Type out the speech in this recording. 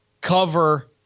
cover